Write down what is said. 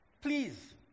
Please